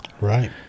Right